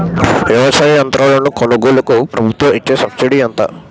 వ్యవసాయ యంత్రాలను కొనుగోలుకు ప్రభుత్వం ఇచ్చే సబ్సిడీ ఎంత?